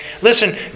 Listen